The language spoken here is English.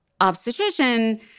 obstetrician